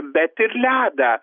bet ir ledą